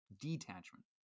detachment